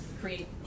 create